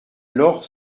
lorp